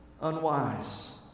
unwise